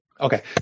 Okay